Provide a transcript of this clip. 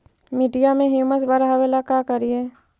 मिट्टियां में ह्यूमस बढ़ाबेला का करिए?